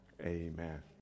Amen